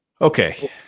Okay